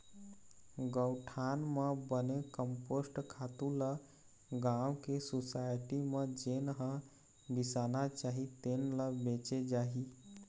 गउठान म बने कम्पोस्ट खातू ल गाँव के सुसायटी म जेन ह बिसाना चाही तेन ल बेचे जाही